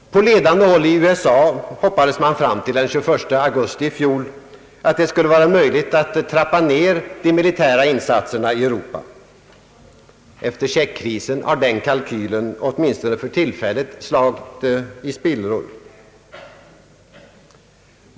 På ledande håll i USA hoppades man fram till den 21 augusti i fjol att det skulle vara möjligt att trappa ned de militära insatserna i Europa. Efter Tjeckoslovakienkrisen har den kalkylen åtminstone för tillfället slagits i spillror.